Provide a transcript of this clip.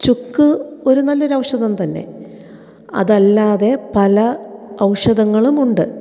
ചുക്ക് ഒരു നല്ല ഒരു ഔഷധം തന്നെ അതല്ലാതെ പല ഔഷധങ്ങളും ഉണ്ട്